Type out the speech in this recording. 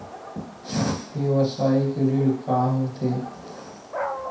व्यवसायिक ऋण का होथे?